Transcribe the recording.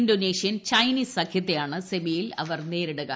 Indonesian Chinese സഖ്യത്തെയാണ് സെമിയിൽ ഇവർ നേരിടുക